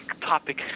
topic